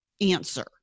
answer